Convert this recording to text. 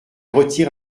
retire